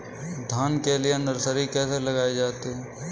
धान के लिए नर्सरी कैसे लगाई जाती है?